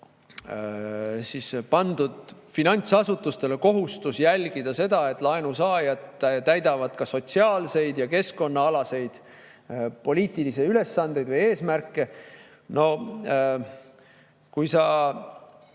pandud finantsasutustele kohustus jälgida seda, et laenusaajad täidavad ka sotsiaalseid ja keskkonnaalaseid poliitilisi ülesandeid või eesmärke. Kui sa